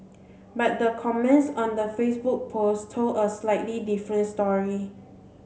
but the comments on the Facebook post told a slightly different story